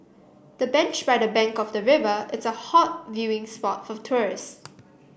the bench by the bank of the river is a hot viewing spot for tourists